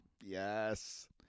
Yes